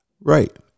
Right